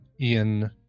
Ian